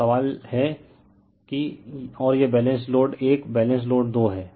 तो सवाल है और यह बैलेंस लोड 1 बैलेंस लोड 2 है